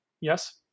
yes